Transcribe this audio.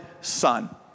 son